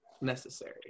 necessary